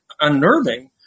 unnerving